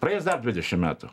praeis dar dvidešim metų